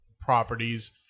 properties